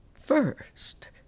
first